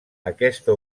aquesta